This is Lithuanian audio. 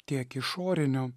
tiek išorinių